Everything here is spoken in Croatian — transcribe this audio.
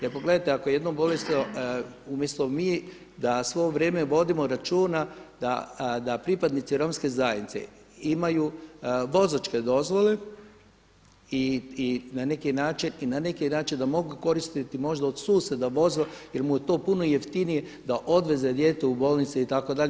Jer pogledajte ako je jedno bolesno, umjesto mi da svo vrijeme vodimo računa da pripadnici Romske zajednice imaju vozačke dozvole i na neki način da mogu koristiti možda od susjeda vozilo jer mu je to puno jeftinije da odveze dijete u bolnicu itd.